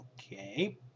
Okay